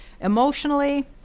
Emotionally